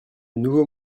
nouveau